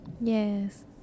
Yes